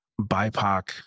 BIPOC